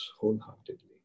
wholeheartedly